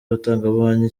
abatangabuhamya